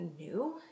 new